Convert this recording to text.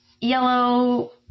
yellow